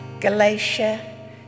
Galatia